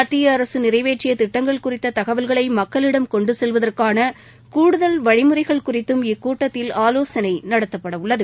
மத்திய அரசு நிறைவேற்றிய திட்டங்கள் குறித்த தகவல்களை மக்களிடம் கொண்டு செல்வதற்கான கூடுதல் வழிமுறைகள் குறித்தும் இக்கூட்டத்தில் ஆலோசனை நடத்தப்பட உள்ளது